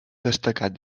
destacat